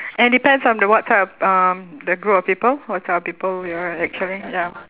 and depends on the what type of um the group of people what type of people you're actually ya